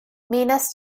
minas